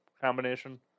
combination